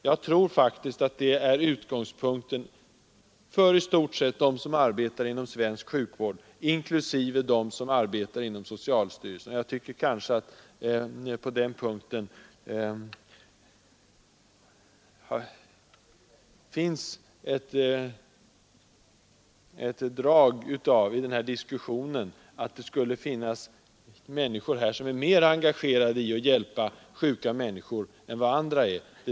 Jag tror faktiskt att detta är utgångspunkten för dem som arbetar inom svensk sjukvård, inklusive dem som finns på socialstyrelsen. Det finns i diskussionen ett drag av att en del människor anser sig vara mer engagerade i att hjälpa sjuka medmänniskor än vad andra skulle vara.